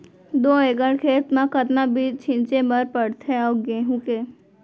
दो एकड़ खेत म कतना बीज छिंचे बर पड़थे गेहूँ के?